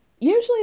usually